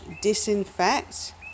disinfect